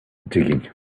digging